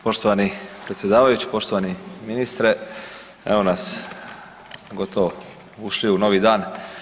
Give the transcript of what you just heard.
Poštovani predsjedavajući, poštovani ministre, evo nas gotovo ušli u novi dan.